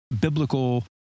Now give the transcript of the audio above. biblical